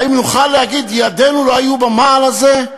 האם נוכל להגיד: ידינו לא היו במעל הזה?